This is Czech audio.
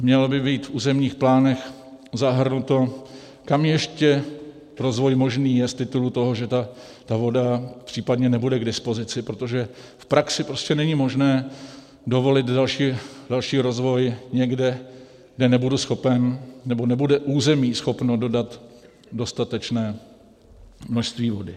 Mělo by být v územních plánech zahrnuto, kam je ještě rozvoj možný z titulu toho, že ta voda případně nebude k dispozici, protože v praxi prostě není možné dovolit další rozvoj někde, kde nebudu schopen, nebo nebude území schopno dodat dostatečné množství vody.